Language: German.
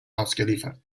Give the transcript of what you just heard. ausgeliefert